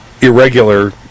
irregular